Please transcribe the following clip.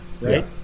right